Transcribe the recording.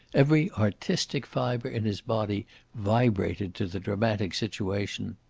every artistic fibre in his body vibrated to the dramatic situation.